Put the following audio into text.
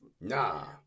Nah